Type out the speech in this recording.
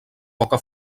poca